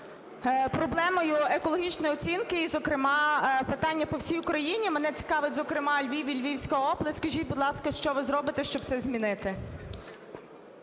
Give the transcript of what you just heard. проблемою екологічної оцінки і, зокрема, питання по всій Україні. Мене цікавить, зокрема, Львів і Львівська область. Скажіть, будь ласка, що ви зробите, щоб це змінити?